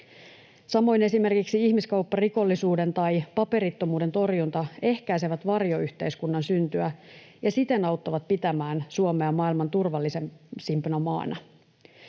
Samoin esimerkiksi ihmiskaupparikollisuuden tai paperittomuuden torjunta ehkäisevät varjoyhteiskunnan syntyä ja siten auttavat pitämään Suomea maailman turvallisimpana maana.